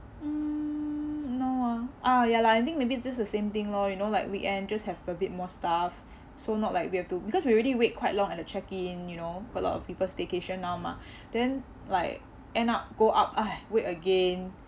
hmm no ah ah ya lah I think maybe just the same thing lor you know like weekend just have a bit more staff so not like we have to because we already wait quite long at the check-in you know a lot of people staycation [one] ma then like end up go up !hais! wait again